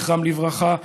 זכרם לברכה.